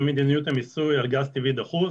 מדיניות המיסוי על גז טבעי דחוס,